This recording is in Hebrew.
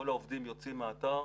כל העובדים יוצאים מהאתר,